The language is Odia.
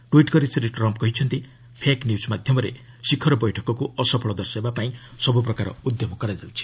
ଟ୍ୱିଟ୍ କରି ଶ୍ରୀ ଟ୍ରମ୍ପ୍ କହିଛନ୍ତି ଫେକ୍ ନ୍ୟୁଜ୍ ମାଧ୍ୟମରେ ଶିଖର ବୈଠକକୁ ଅସଫଳ ଦର୍ଶାଇବାପାଇଁ ସବୁ ପ୍ରକାର ଉଦ୍ୟମ କରାଯାଉଛି